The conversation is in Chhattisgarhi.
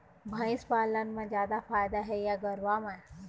भंइस पालन म जादा फायदा हे या गरवा में?